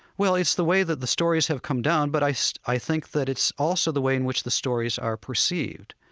well, it's the way that the stories have come down, but i so i think that it's also the way in which the stories are perceived.